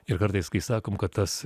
ir kartais kai sakom kad tas